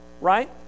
right